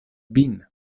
vin